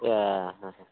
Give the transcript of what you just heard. ए